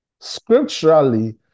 Scripturally